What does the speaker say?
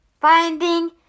Finding